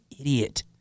idiot